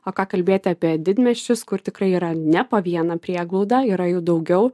o ką kalbėti apie didmiesčius kur tikrai yra ne po vieną prieglaudą yra jų daugiau